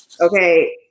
Okay